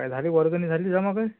काय झाली वर्गणी झाली जमा काही